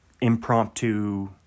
impromptu